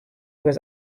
was